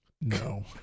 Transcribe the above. No